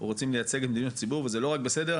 אנחנו רוצים לייצג את הציבור וזה לא רק בסדר,